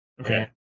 Okay